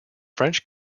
french